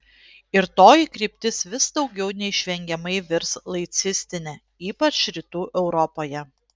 ir toji kryptis vis daugiau neišvengiamai virs laicistine ypač rytų europoje